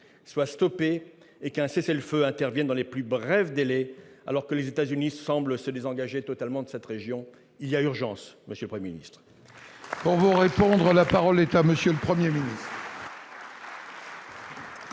soit stoppée et qu'un cessez-le-feu intervienne dans les plus brefs délais, alors que les États-Unis semblent se désengager totalement de cette région. Il y a urgence, monsieur le Premier ministre.